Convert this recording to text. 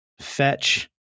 fetch